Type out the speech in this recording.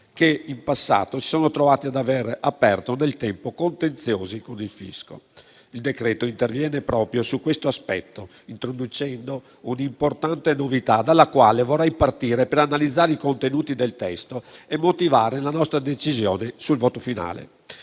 che, in passato, si sono trovati ad aprire nel tempo contenziosi con il fisco. Il decreto-legge in esame interviene proprio su questo aspetto, introducendo un'importante novità, dalla quale vorrei partire per analizzare i contenuti del testo e motivare la nostra decisione sul voto finale.